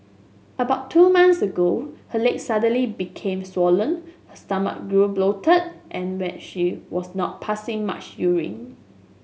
about two months ago her legs suddenly became swollen her stomach grew bloated and she was not passing much urine